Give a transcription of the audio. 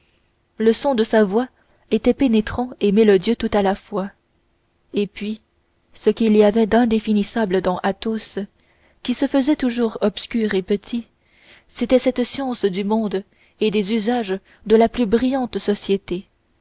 le son de sa voix était pénétrant et mélodieux tout à la fois et puis ce qu'il y avait d'indéfinissable dans athos qui se faisait toujours obscur et petit c'était cette science délicate du monde et des usages de la plus brillante société